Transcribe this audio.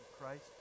Christ